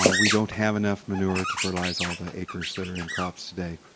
um we don't have enough manure to fertilize all the acres that are in crops today.